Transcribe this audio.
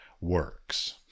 works